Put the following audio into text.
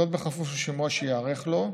וזאת, בכפוף לשימוע שייערך לו.